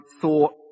thought